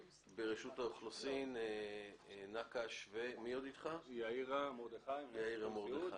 ברשות האוכלוסין נקש ויאירה מרדכי,